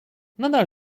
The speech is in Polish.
nadal